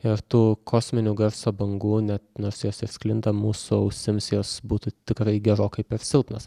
ir tų kosminių garso bangų ne nors jos ir sklinda mūsų ausims jos būtų tikrai gerokai per silpnos